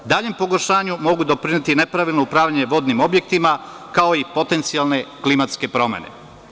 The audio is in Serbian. Daljem pogoršanju mogu doprineti nepravilna upravljanja vodnim objektima, kao i potencijalne klimatske promene.